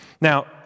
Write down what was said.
Now